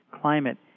climate